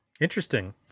Interesting